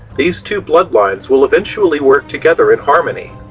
these two bloodlines will eventually work together in harmony,